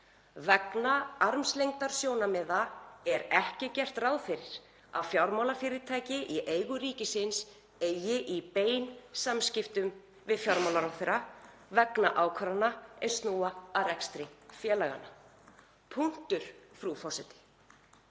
Vegna armslengdarsjónarmiða er ekki gert ráð fyrir að fjármálafyrirtæki í eigu ríkisins eigi bein samskipti við fjármálaráðherra vegna ákvarðana er snúa að rekstri félaganna. Punktur, frú forseti.